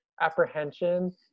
apprehension